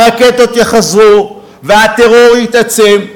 הרקטות יחזרו והטרור יתעצם.